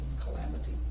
calamity